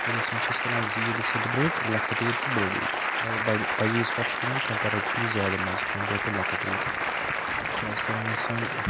ؤری یَس منٛز چھِ أسۍ کَران زٕ عیٖدٕ سیلبریٹ لَکٕٹ عیٖد تہٕ بٔڑ عیٖد بَہ بَجہِ عیٖز پٮ۪ٹھ چھِ یِوان کَمپیٚریٹِولی زیادٕ مَزٕ کَمپیٲڑ ٹو لَکٕٹ عیٖد کیازِکہِ أمہِ وِزِ چھِ آسان